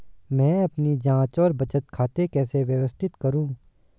मैं अपनी जांच और बचत खाते कैसे व्यवस्थित करूँ?